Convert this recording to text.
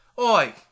Oi